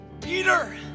Peter